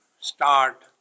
start